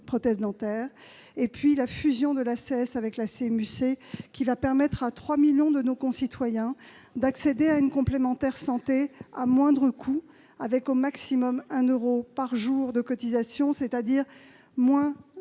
et la fusion de l'ACS et de la CMU-C qui va permettre à 3 millions de nos concitoyens d'accéder à une complémentaire santé à moindre coût, au maximum un euro par jour de cotisation, soit une diminution de 30 euros